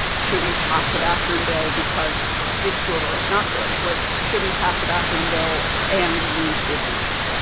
should we pass a bathroom bill because it's good or it's not good? it was, should we pass a bathroom bill and lose business?